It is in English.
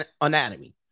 anatomy